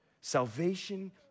Salvation